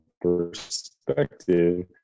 perspective